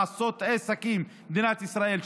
לעשות עסקים במדינת ישראל,